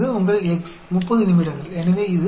तो यह 0095 के बराबर है ठीक है